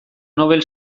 nobel